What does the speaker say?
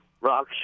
rock